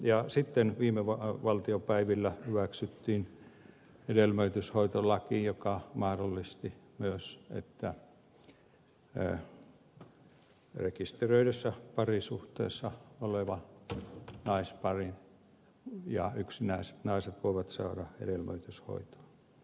ja viime valtiopäivillä hyväksyttiin hedelmöityshoitolaki joka mahdollisti myös että rekisteröidyssä parisuhteessa oleva naispari ja yksinäiset naiset voivat saada hedelmöityshoitoa